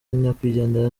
nyakwigendera